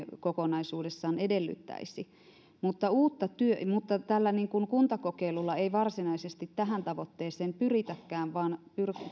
kokonaisuudessaan edellyttäisi mutta tällä kuntakokeilulla ei varsinaisesti tähän tavoitteeseen pyritäkään vaan